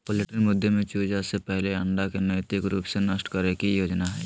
poultry मुद्दे में चूजा से पहले अंडा के नैतिक रूप से नष्ट करे के योजना हइ